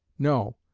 no,